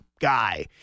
guy